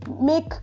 make